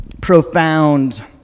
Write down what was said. profound